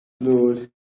Lord